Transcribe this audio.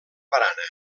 barana